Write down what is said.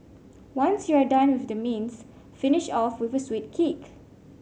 once you're done with the mains finish off with a sweet kick